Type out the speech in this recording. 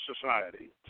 society